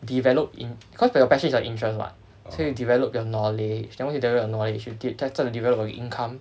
develop in cause for your passion is like interest [what] so you develop your knowledge then once you develop your knowledge you de~ st~ to develop your income